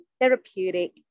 therapeutic